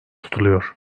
tutuluyor